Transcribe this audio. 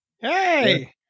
Hey